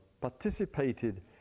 participated